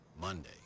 Monday